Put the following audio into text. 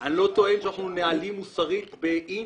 אני לא טוען שאנחנו נעלים מוסרית באינץ',